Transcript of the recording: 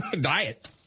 Diet